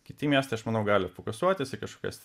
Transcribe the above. kiti miestai aš manau gali fokusuotis į kažkokias